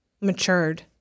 matured